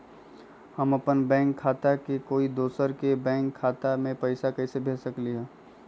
हम अपन बैंक खाता से कोई दोसर के बैंक खाता में पैसा कैसे भेज सकली ह?